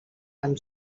amb